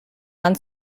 mann